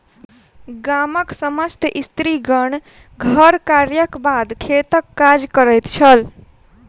गामक समस्त स्त्रीगण घर कार्यक बाद खेतक काज करैत छल